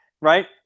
right